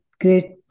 great